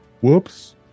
Whoops